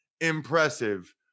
impressive